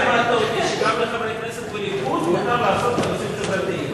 שגם לחברי כנסת מהליכוד מותר לעסוק בעניינים חברתיים.